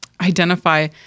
identify